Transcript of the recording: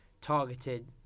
targeted